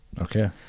Okay